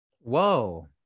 Whoa